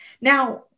Now